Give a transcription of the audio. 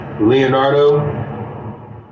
Leonardo